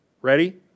Ready